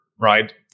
right